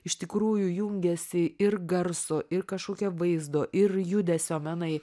iš tikrųjų jungiasi ir garso ir kažkokio vaizdo ir judesio menai